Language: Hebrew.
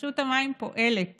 רשות המים פועלת